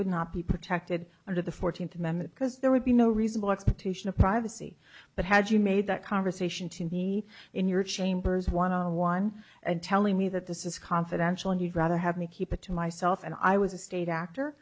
would not be protected under the fourteenth amendment because there would be no reasonable expectation of privacy but had you made that conversation to me in your chambers one on one and telling me that this is confidential and you'd rather have me keep it to myself and i was a state actor